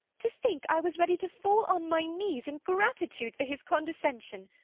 to think i was ready to fall on my knees, in gratitude for his condescension!